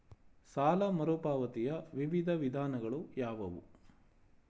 ಸಾಲ ಮರುಪಾವತಿಯ ವಿವಿಧ ವಿಧಾನಗಳು ಯಾವುವು?